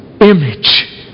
image